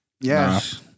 Yes